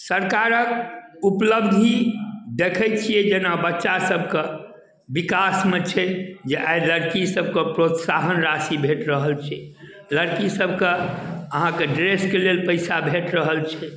सरकारक उपलब्धि देखैत छिअनि जेना बच्चा सभकऽ बिकासमे छै जे आइ लड़की सभकऽ प्रोत्साहन राशि भेट रहल छै लड़की सभकऽ अहाँक ड्रेस कऽ लेल पैसा भेट रहल छै